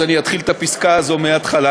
אז אני אתחיל את הפסקה הזאת מהתחלה.